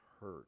hurt